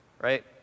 right